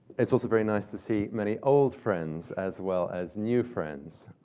it's also very nice to see many old friends, as well as new friends,